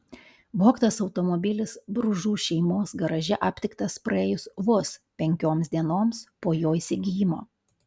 vogtas automobilis bružų šeimos garaže aptiktas praėjus vos penkioms dienoms po jo įsigijimo